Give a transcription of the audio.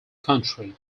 country